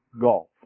golf